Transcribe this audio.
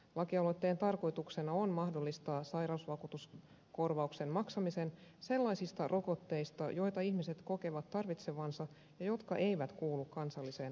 lakialoitteen tarkoituksena on mahdollistaa sairausvakuutuskorvauksen maksamisen sellaisista rokotteista joita ihmiset kokevat tarvitsevansa ja jotka eivät kuulu kansalliseen rokotusohjelmaan